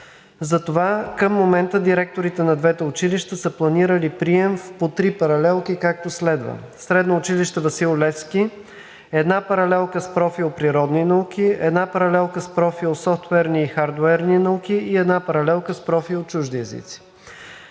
Затова към момента директорите на двете училища са планирали прием в по три паралелки, както следва: Средно училище „Васил Левски“ – една паралелка с профил „Природни науки“; една паралелка с профил „Софтуерни и хардуерни науки“ и една паралелка с профил „Чужди езици“.